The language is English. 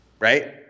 Right